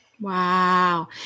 Wow